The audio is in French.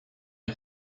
est